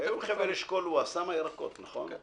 היום חבל אשכול הוא אסם ירקות, נכון?